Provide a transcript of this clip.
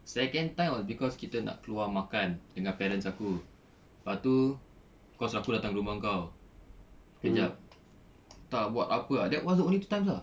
second time was cause kita nak keluar makan dengan parents aku pastu kau suruh aku datang rumah kau kejap entah buat apa that was the only two times ah